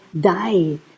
die